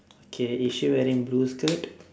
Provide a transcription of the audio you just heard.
okay is she wearing blue skirt